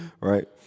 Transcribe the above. Right